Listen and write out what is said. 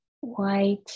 white